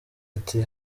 ati